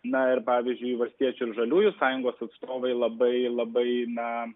na ir pavyzdžiui valstiečių ir žaliųjų sąjungos atstovai labai labai na